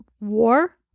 War